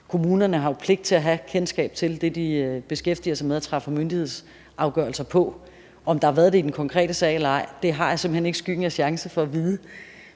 kommunerne har jo pligt til at have kendskab til det, som de beskæftiger sig med og træffer myndighedsafgørelser om. Om der har været det i den konkrete sag eller ej, har jeg simpelt hen ikke skyggen af chance for at vide.